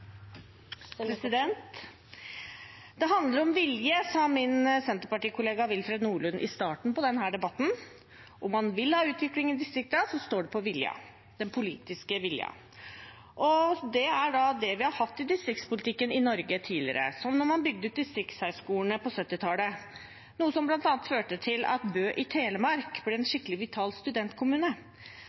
handler om vilje», sa min Senterparti-kollega Willfred Nordlund i starten på denne debatten. Om man vil ha utvikling i distriktene, står det på viljen – den politiske viljen. Det er det vi har hatt i distriktspolitikken i Norge tidligere, som da man bygde ut distriktshøyskolene på 1970-tallet, noe som bl.a. førte til at Bø i Telemark ble en skikkelig vital studentkommune.